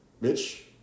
Mitch